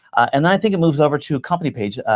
and then i think it moves over to a company page,